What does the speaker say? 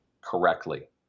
correctly